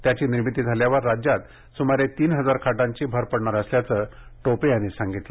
त्याची निर्मिती झाल्यावर राज्यात सुमारे तीन हजार खाटांची भर पडणार असल्याचं टोपे यांनी सांगितलं